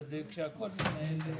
אני נגד.